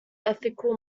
ethical